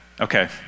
Okay